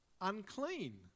unclean